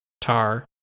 Tar